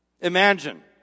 Imagine